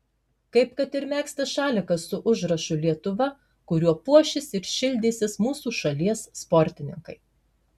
kaip kad ir megztas šalikas su užrašu lietuva kuriuo puošis ir šildysis mūsų šalies sportininkai